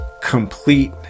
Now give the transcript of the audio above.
complete